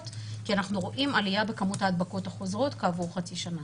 כי אנחנו רואים עלייה בכמות ההדבקות החוזרות כעבור חצי שנה.